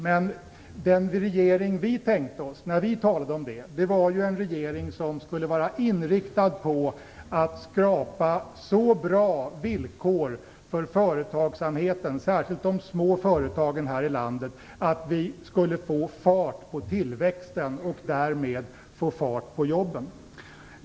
Men den regering som vi tänkte oss när vi talade om det var en regering som skulle vara inriktad på att skapa så bra villkor för företagsamheten, särskilt för småföretagen, här i landet att vi skulle få fart på tillväxten och därmed fart på jobben.